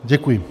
Děkuji.